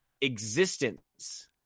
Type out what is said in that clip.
existence